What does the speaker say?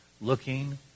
looking